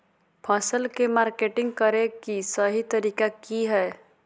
फसल के मार्केटिंग करें कि सही तरीका की हय?